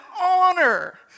honor